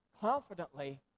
confidently